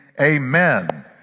amen